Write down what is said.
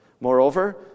Moreover